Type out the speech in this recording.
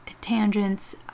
Tangents